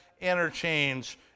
interchange